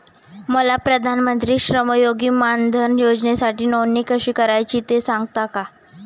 मला प्रधानमंत्री श्रमयोगी मानधन योजनेसाठी नोंदणी कशी करायची ते सांगता का?